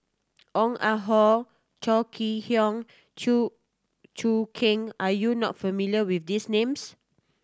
Ong Ah Hoi Chong Kee Hiong Chew Choo Keng are you not familiar with these names